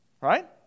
Right